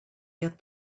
get